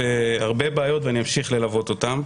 יש הרבה בעיות ואני אמשיך ללוות אותם.